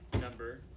number